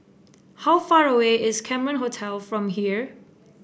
how far away is Cameron Hotel from here